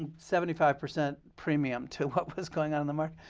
and seventy five percent premium to what was going on in the market.